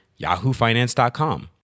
yahoofinance.com